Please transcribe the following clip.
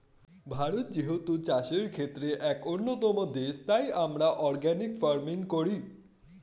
ভারত যেহেতু চাষের ক্ষেত্রে এক অন্যতম দেশ, তাই আমরা অর্গানিক ফার্মিং করি